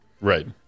Right